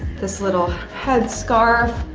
this little head scarf.